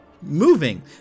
moving